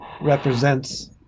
represents